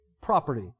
property